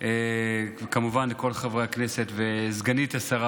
וכמובן לכל חברי הכנסת, ולסגנית השר